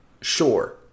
Sure